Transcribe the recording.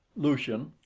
lucian,